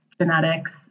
genetics